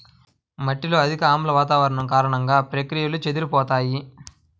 మట్టిలో అధిక ఆమ్ల వాతావరణం కారణంగా, ప్రక్రియలు చెదిరిపోతాయి